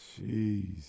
Jeez